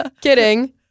Kidding